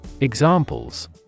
Examples